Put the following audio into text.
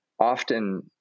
often